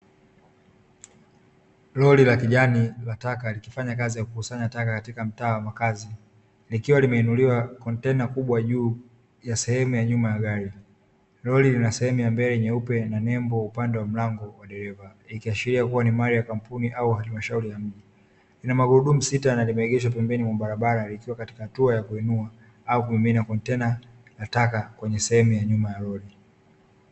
Lori la kijani lataka likifanya kazi ya kukusanya taka katika mtaa wa makazi, likiwa limenuliwa kontena kubwa juu ya sehemu ya nyuma ya gari lori lina sehemu ya mbele nyeupe na nembo upande wa mlango wa dereva, ikiashiria kuwa ni mali ya kampuni au halmashauri ya mji ina ma gurudumu sita na limeegeshwa pembeni mwa barabara, likiwa katika hatua ya kuinua au kumimina kontena nataka kwenye sehemu ya nyuma ya lori.